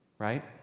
Right